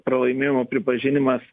pralaimėjimo pripažinimas